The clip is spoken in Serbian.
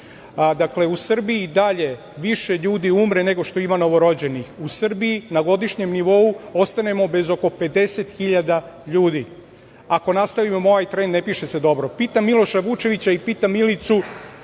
u Srbiji i dalje više ljudi umre nego što ima novorođenih. U Srbiji na godišnjem nivou ostanemo bez oko 50 hiljada ljudi. Ako nastavimo ovaj trend, ne piše se dobro. Pitam Miloša Vučevića i pitam Milicu